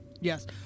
Yes